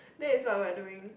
that is what we are doing